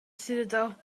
citadel